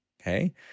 okay